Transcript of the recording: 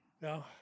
No